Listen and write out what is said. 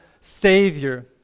Savior